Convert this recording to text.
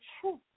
truth